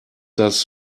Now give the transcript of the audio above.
das